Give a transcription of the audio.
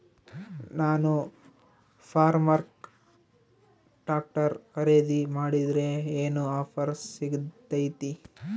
ನಾನು Farmtrac tractor ಖರೇದಿ ಮಾಡಿದ್ರೆ ಏನು ಆಫರ್ ಸಿಗ್ತೈತಿ?